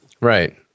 Right